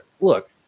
look